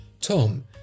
Tom